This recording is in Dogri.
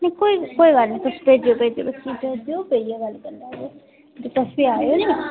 नेईं कोई कोई गल्ल नेईं तुस भेजेओ भेजेओ बच्चें गी भेजेओ बेहियै गल्ल करने आं ते तुस बी आएओ निं